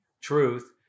truth